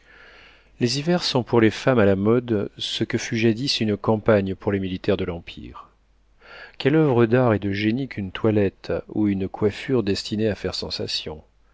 les hivers sont pour les femmes à la mode ce que fut jadis une campagne pour les militaires de l'empire quelle oeuvre d'art et de génie qu'une toilette ou une coiffure destinées à faire sensation